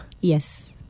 Yes